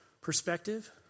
perspective